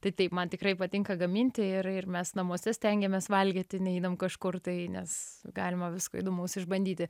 tai taip man tikrai patinka gaminti ir ir mes namuose stengiamės valgyti neinam kažkur tai nes galima visko įdomaus išbandyti